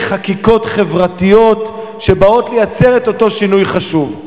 חקיקות חברתיות שבאות לייצר את אותו שינוי חשוב.